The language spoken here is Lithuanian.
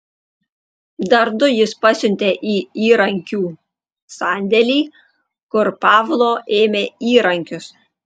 dar du jis pasiuntė į įrankių sandėlį kur pavlo ėmė įrankius